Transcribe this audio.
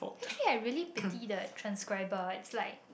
actually I really pity the transcriber it's like